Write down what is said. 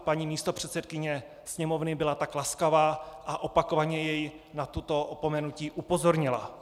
Paní místopředsedkyně Sněmovny byla tak laskavá a opakovaně jej na toto opomenutí upozornila.